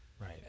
right